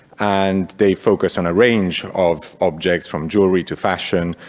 and they focus on a range of objects from jewelry to fashion,